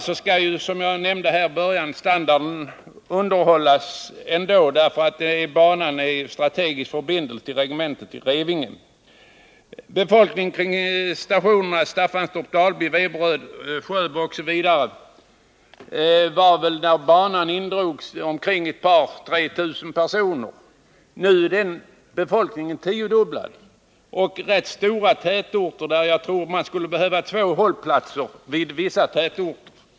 Standarden på järnvägen skall ändå underhållas, därför att denna bana är en strategisk förbindelse till regementet i Revinge. Befolkningen i stationsorterna Staffanstorp, Dalby, Veberöd, Sjöbo m.fl. platser uppgick när persontrafiken indrogs till bara 2 000-3 000 personer. Nu har befolkningen tiodubblats i dessa orter, och de är stora tätorter där det skulle behövas två hållplatser i vissa.